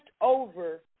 over